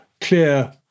clear